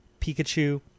Pikachu